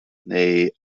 neu